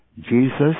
Jesus